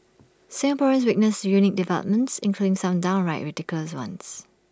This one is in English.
Singaporeans witnessed unique developments including some downright ridiculous ones